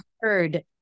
heard